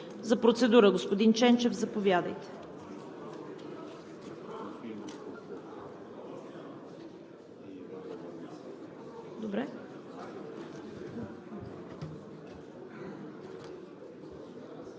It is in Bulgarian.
За процедура – господин Ченчев, заповядайте.